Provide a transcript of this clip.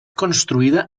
construïda